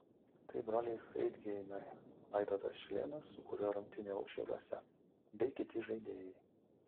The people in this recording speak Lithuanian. tai broliai freidgeimai vaidotas šilėnas su kuriuo rungtyniavau šiauliuose bei kiti žaidėjai